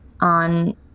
on